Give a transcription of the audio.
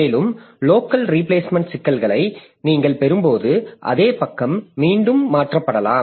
மேலும் local replacement சிக்கல்களை நீங்கள் பெறும்போது அதே பக்கம் மீண்டும் மீண்டும் மாற்றப்படலாம்